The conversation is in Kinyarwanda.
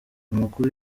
amakuru